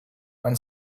when